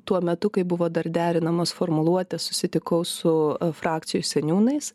tuo metu kai buvo dar derinamos formuluotės susitikau su frakcijų seniūnais